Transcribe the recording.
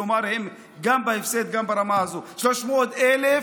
ישראל ותפסיקו לספר סיפורים על העברת סמכויות לסופר-טנקר.